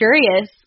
curious